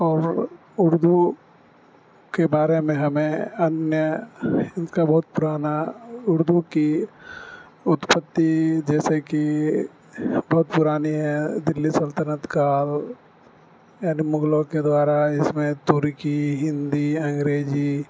اور اردو کے بارے میں ہمیں انیہ اس کا بہت پرانا اردو کی اتپتتی جیسے کہ بہت پرانی ہے دلّی سلطنت کا یعنی مغلوں کے دوارا اس میں ترکی ہندی انگریزی